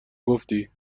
گفتی